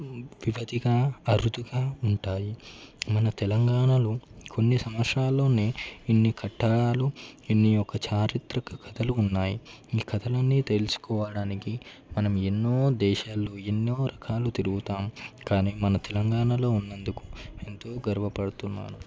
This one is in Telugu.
విబదిగా అరుదుగా ఉంటాయి మన తెలంగాణలో కొన్ని సంవత్సరాల్లోనే ఇన్ని కట్టడాలు ఇన్ని యొక్క చారిత్రక కథలు ఉన్నాయి ఈ కథలన్నీ తెలుసుకోవడానికి మనం ఎన్నో దేశాలు ఎన్నో రకాలు తిరుగుతాం కానీ మన తెలంగాణలో ఉన్నందుకు ఎంతో గర్వపడుతున్నాను